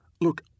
Look